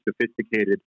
sophisticated